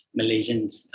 Malaysians